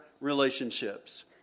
relationships